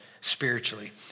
spiritually